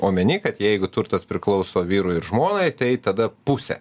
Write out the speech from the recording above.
omeny kad jeigu turtas priklauso vyrui ir žmonai tai tada pusė